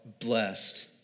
blessed